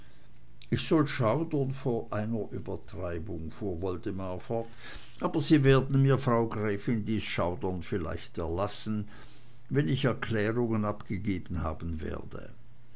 ich soll schaudern vor einer übertreibung fuhr woldemar fort aber sie werden mir frau gräfin dies schaudern vielleicht erlassen wenn ich erklärungen abgegeben haben werde